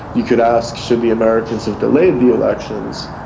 you could ask should the americans have delayed the elections,